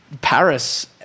Paris